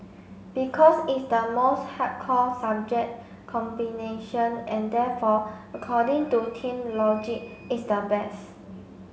because it's the most hardcore subject combination and therefore according to teen logic it's the best